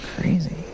crazy